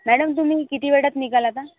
madam तुम्ही किती वेळात निघाल आता